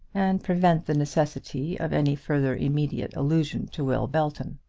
and prevent the necessity of any further immediate allusion to will belton.